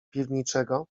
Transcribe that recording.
piwniczego